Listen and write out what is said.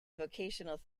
vocational